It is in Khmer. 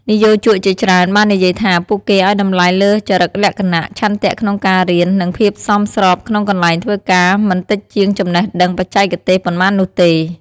និយោជកជាច្រើនបាននិយាយថា ពួកគេឲ្យតម្លៃលើចរិតលក្ខណៈ ឆន្ទៈក្នុងការរៀន និងភាពសមស្របក្នុងកន្លែងធ្វើការមិនតិចជាងចំណេះដឹងបច្ចេកទេសប៉ុន្មាននោះទេ។